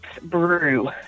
Brew